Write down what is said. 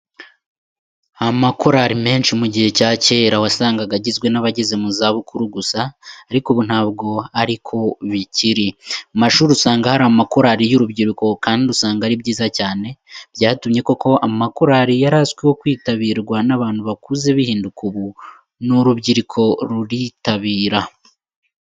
Amakorari menshi mu gihe cya cyera wasangaga agizwe n'abageze muzabukuru gusa ,ariko ubu ntabwo ariko bikiri. Mu mashuri usanga hari amakorari y'urubyiruko kandi usanga ari byiza cyane. Byatumye koko amakorari yarazwiho kwitabirwa n'abantu bakuze bihinduka, ubu n'urubyiruko ruritabira.